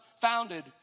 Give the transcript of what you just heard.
founded